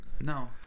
no